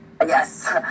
yes